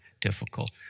difficult